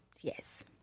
Yes